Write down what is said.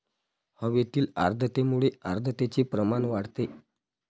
हवेतील आर्द्रतेमुळे आर्द्रतेचे प्रमाण वाढते